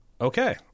Okay